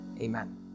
Amen